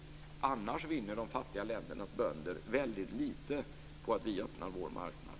Annars vinner de fattiga ländernas bönder väldigt lite på att vi öppnar vår marknad.